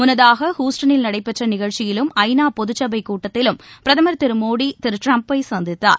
மன்னதாக ஹூஸ்டவில் நடைபெற்ற நிகழ்ச்சியிலும் ஐ நா பொதுச்சபை கூட்டத்திலும் பிரதமர் திரு மோடி திரு டிரம்ப்பை சந்தித்தார்